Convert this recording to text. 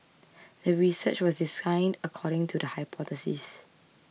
the research was designed according to the hypothesis